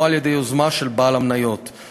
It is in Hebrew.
או על-ידי יוזמה של בעל מניות.